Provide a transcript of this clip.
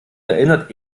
erinnerte